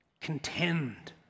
contend